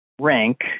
rank